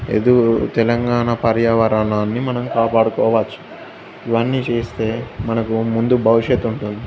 ఎదురు తెలంగాణ పర్యావరణాన్ని మనం కాపాడుకోవచ్చు ఇవన్నీ చేస్తే మనకు ముందు భవిష్యత్తు ఉంటుంది